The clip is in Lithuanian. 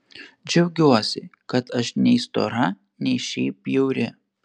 džiaugiuosi kad aš nei stora nei šiaip bjauri